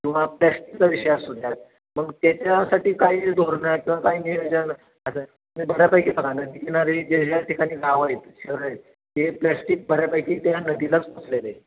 किंवा प्लॅश्टिकचा विषय असू द्यात मग त्याच्यासाठी काही धोरणं किंवा काही नियोजन बऱ्यापैकी बघा नदीकिनारी जे ह्या ठिकाणी गावं आहेत शहरं आहेत ते प्लॅश्टिक बऱ्यापैकी त्या नदीलाच पोहचलेलं आहे